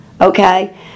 Okay